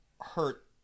hurt